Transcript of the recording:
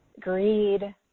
greed